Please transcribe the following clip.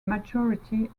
majority